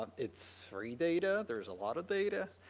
um it's free data. there's a lot of data.